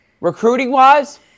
recruiting-wise